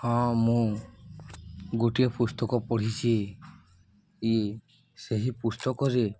ହଁ ମୁଁ ଗୋଟିଏ ପୁସ୍ତକ ପଢ଼ିଛି ଇଏ ସେହି ପୁସ୍ତକରେ